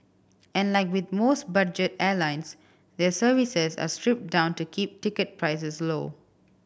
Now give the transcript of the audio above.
and like with most budget airlines their services are stripped down to keep ticket prices low